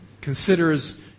considers